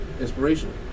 inspiration